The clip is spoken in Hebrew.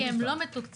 כי הם לא מתוקצבים.